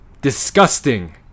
disgusting